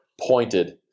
pointed